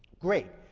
great.